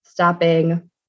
Stopping